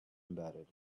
embedded